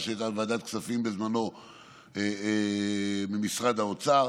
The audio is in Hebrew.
שהייתה בוועדת כספים בזמנו ממשרד האוצר: